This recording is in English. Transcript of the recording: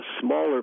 smaller